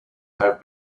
have